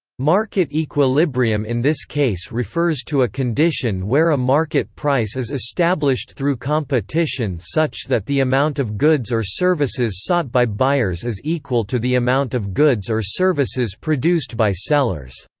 market equilibrium in this case refers to a condition where a market price is established through competition such that the amount of goods or services sought by buyers is equal to the amount of goods or services produced by sellers.